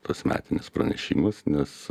tas metinis pranešimas nes